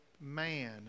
man